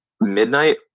midnight